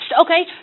okay